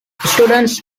students